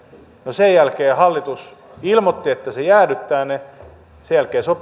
no sen jälkeen hallitus ilmoitti että se jäädyttää ne sen jälkeen